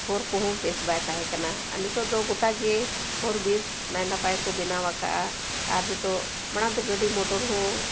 ᱦᱚᱨ ᱠᱚᱦᱚᱸ ᱵᱮᱥ ᱵᱟᱭ ᱛᱟᱦᱮᱸ ᱠᱟᱱᱟ ᱟᱨ ᱱᱤᱛᱳᱜ ᱫᱚ ᱜᱚᱴᱟᱜᱮ ᱦᱚᱨᱼᱵᱤᱨ ᱱᱟᱭ ᱱᱟᱯᱟᱭ ᱠᱚ ᱵᱮᱱᱟᱣ ᱟᱠᱟᱫᱼᱟ ᱟᱨ ᱱᱤᱛᱳᱜ ᱢᱟᱲᱟᱝ ᱫᱚ ᱜᱟᱹᱰᱤ ᱦᱚᱸ